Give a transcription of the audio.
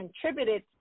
contributed